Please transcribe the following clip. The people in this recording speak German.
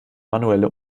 manuelle